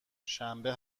شنبه